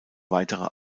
weitere